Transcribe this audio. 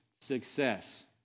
success